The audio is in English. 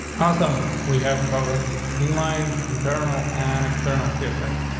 awesome. we have covered in line internal and external css.